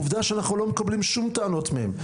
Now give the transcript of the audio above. עובדה שאנחנו לא מקבלים שום טענות מהם.